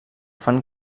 fan